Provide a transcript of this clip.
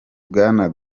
bwana